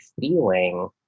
feeling